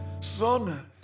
son